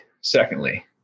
secondly